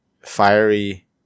fiery